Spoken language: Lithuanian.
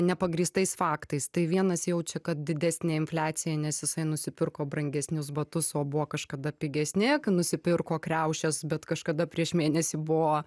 nepagrįstais faktais tai vienas jaučia kad didesnė infliacija nes jisai nusipirko brangesnius batus o buvo kažkada pigesni kai nusipirko kriaušes bet kažkada prieš mėnesį buvo